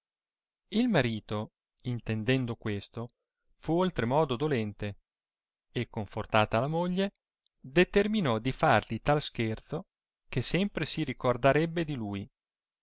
il marito intendendo questo fu oltre modo dolente e confortata la moglie determinò di farli tal scherzo che sempre si ricordarebbe di lui